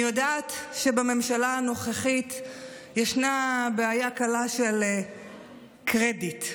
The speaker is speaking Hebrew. אני יודעת שבממשלה הנוכחית יש בעיה קלה של קרדיט,